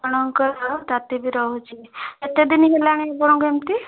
ଆପଣଙ୍କର ତାତି ବି ରହୁଛି କେତେ ଦିନ ହେଲାଣି ଆପଣଙ୍କ ଏମିତି